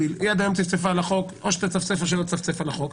עד היום היא צפצפה על החוק או שהיא תצפצף או לא תצפצף על החוק.